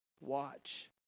watch